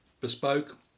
bespoke